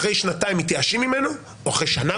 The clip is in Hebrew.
אחרי שנתיים מתייאשים ממנו או אחרי שנה